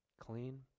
Clean